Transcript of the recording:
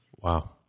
Wow